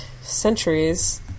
centuries